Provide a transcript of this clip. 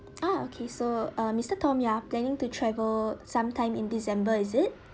ah okay so uh mister tom yap planning to travel sometime in december is it